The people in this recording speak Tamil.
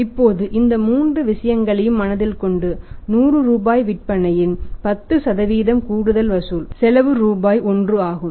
இப்போது இந்த மூன்று விஷயங்களை மனதில் கொண்டு 100 ரூபாய் விற்பனையின் 10 கூடுதல் வசூல் செலவு ரூபாய் 1 ஆகும்